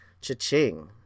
cha-ching